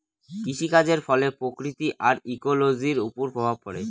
কৃষিকাজের ফলে প্রকৃতি আর ইকোলোজির ওপর প্রভাব পড়ে